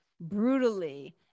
brutally